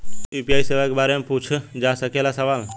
UPI सेवा के बारे में पूछ जा सकेला सवाल?